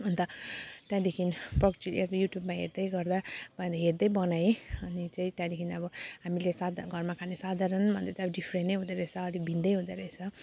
अन्त त्यहाँदेखि पर्क चिल्ली ए बे युट्युबमा हेर्दै गर्दा भएन हेर्दै बनाएँ अनि चाहिँ त्यहाँदेखि अब हामीले साधा घरमा खाने साधारण भन्दा त डिफ्रेन्ट नै हुँदो रहेछ अलिक भिन्न हुँदो रहेछ